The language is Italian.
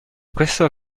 questo